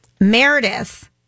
Meredith